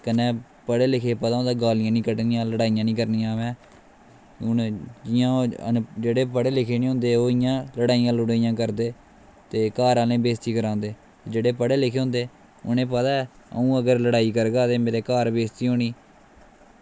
कन्नै पढ़े लिखे दे गी पता होंदा गालियां निं कड्ढनियां लड़ाइयां निं करनियां में हून जि'यां जेह्ड़े पढ़े लिखे दे निं होंदे ओह् इ'यां लड़ाइयां लुड़ाइयां करदे ते घर आह्लें दी बेस्ती करांदे जेह्ड़े पढ़े लिखे दे होंदे उ'नें गी पता ऐ अ'ऊं अगर लड़ाई करगा ते मेरे घर बेस्ती होनी